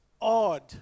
odd